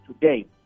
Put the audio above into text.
today